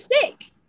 sick